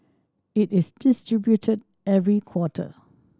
it is distributed every quarter